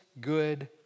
good